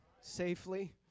safely